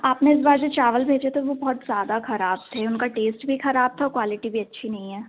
आपने इस बार जो चावल भेजे थे वह बहुत ज़्यादा ख़राब थे उनका टेस्ट भी ख़राब था क्वालिटी भी अच्छी नहीं है